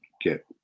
get